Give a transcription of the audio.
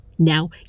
Now